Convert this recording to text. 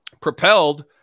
propelled